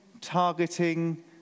targeting